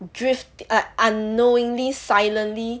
drift un~ unknowingly silently